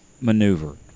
maneuver